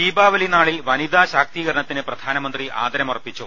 ദീപാവലി നാളിൽ വനിതാശാക്തീകരണത്തിന് പ്രധാന മന്ത്രി ആദരമർപ്പിച്ചു